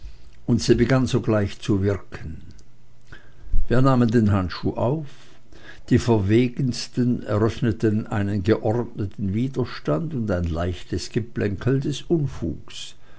und sie begann sogleich zu wirken wir nahmen den handschuh auf die verwegensten eröffneten einen geordneten widerstand und ein leichtes geplänkel des unfuges